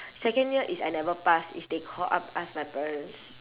second year is I never pass is they call up ask my parents